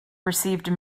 received